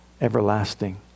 Everlasting